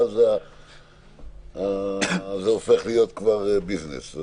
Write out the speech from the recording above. ואז זה כבר הופך להיות ביזנס.